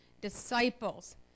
disciples